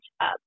up